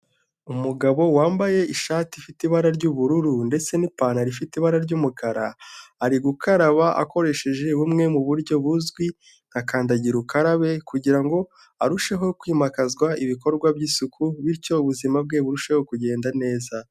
Umugabo wambaye ishati ifite ibara ry'ubururu ndetse n'ipantaro ifite ibara ry'umukara, ari gukaraba akoresheje bumwe mu buryo buzwi nkakandagira ukarabe kugirango arusheho kwimakazwa ibikorwa by'isuku bityo ubuzima bwe burusheho kugenda neza.